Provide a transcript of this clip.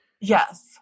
Yes